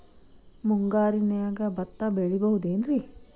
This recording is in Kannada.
ಮುಂಗಾರಿನ್ಯಾಗ ಭತ್ತ ಬೆಳಿಬೊದೇನ್ರೇ?